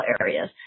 areas